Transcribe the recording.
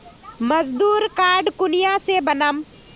मजदूर कार्ड कुनियाँ से बनाम?